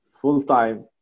full-time